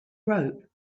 rope